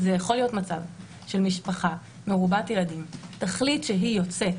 יכול להיות מצב שמשפחה מרובת ילדים תחליט שהיא יוצאת.